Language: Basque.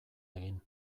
egin